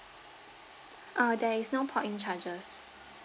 uh there is no port in charges